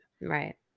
Right